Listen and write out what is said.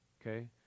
Okay